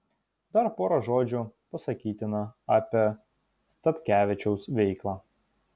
dar pora žodžių pasakytina apie statkevičiaus veiklą